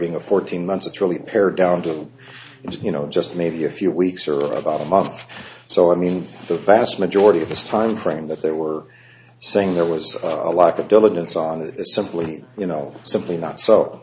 being a fourteen months it's really pared down to just you know just maybe a few weeks or about a month so i mean the vast majority of this time frame that they were saying there was a lack of diligence on it is simply you know simply not so